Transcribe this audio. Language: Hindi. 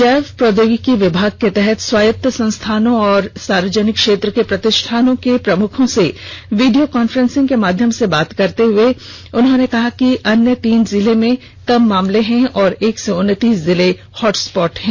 जैव प्रौद्योगिकी विभाग के तहत स्वायत्त संस्थानों और सार्वजनिक क्षेत्र के प्रतिष्ठानों के प्रमुखों से वीडियों कांफ्रेंसिंग के माध्यम से बात करते हुए कहा कि अन्य तीन जिलों में कम मामले हैं और एक सौ उनतीस जिले हॉटस्पॉट हैं